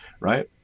right